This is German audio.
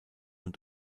und